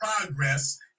progress